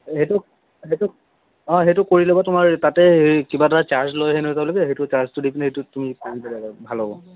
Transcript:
সেইটো সেইটো অঁ সেইটো কৰি ল'ব তোমাৰ তাতে হেৰি কিবা এটা চাৰ্জ লয় হেনো সেই তেওলোকে সেইটো চাৰ্জটো দি পিনে সেইটোত তুমি ভাল হ'ব